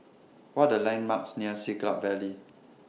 What Are The landmarks near Siglap Valley